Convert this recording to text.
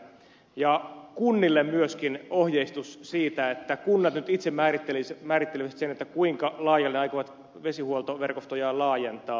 ja kunnille pitäisi myöskin saada ohjeistus siitä että kunnat nyt itse määrittelisivät sen kuinka laajalle ne aikovat vesihuoltoverkostojaan laajentaa